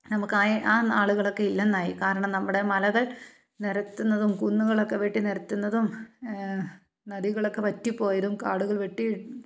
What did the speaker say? നമുക്കായ ആ നാളുകളൊക്കെ ഇല്ലെന്നായി കാരണം നമ്മുടെ മലകൾ നിരത്തുന്നതും കുന്നുകളൊക്കെ വെട്ടി നിരത്തുന്നതും നദികളൊക്കെ വറ്റിപ്പോയതും കാടുകൾ വെട്ടി